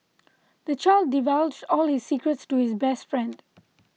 the child divulged all his secrets to his best friend